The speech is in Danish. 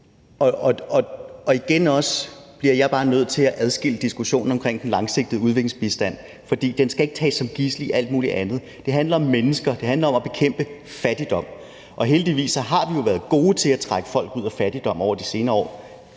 og igen bliver jeg også bare nødt til at adskille diskussionen om den langsigtede udviklingsbistand. For den skal ikke tages som gidsel i alt muligt andet, men det handler om mennesker, og det handler om at bekæmpe fattigdom, og heldigvis har vi jo været gode til at trække folk ud af fattigdom over de senere år.